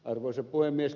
arvoisa puhemies